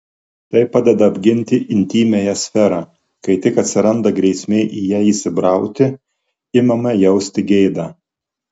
tai padeda apginti intymiąją sferą kai tik atsiranda grėsmė į ją įsibrauti imame jausti gėdą